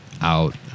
Out